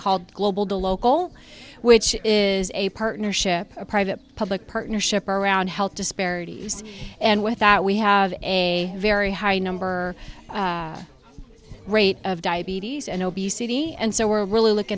called global the local which is a partnership a private public partnership around health disparities and with that we have a very high number rate of diabetes and obesity and so we're really look